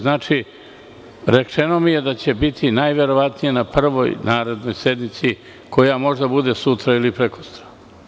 Znači, rečeno mi je da će biti najverovatnije na prvoj narednoj sednici koja može da bude sutra ili prekosutra.